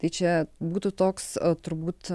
tai čia būtų toks turbūt